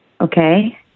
okay